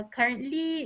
Currently